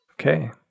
Okay